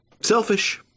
Selfish